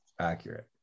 accurate